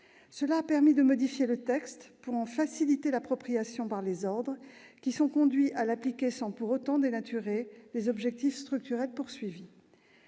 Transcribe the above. Cela a permis de modifier le texte pour en faciliter l'appropriation par les ordres, qui sont conduits à l'appliquer, sans pour autant dénaturer les objectifs structurels que